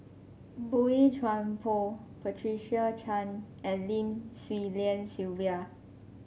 Boey Chuan Poh Patricia Chan and Lim Swee Lian Sylvia